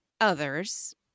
others